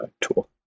tool